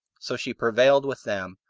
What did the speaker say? so she prevailed with them,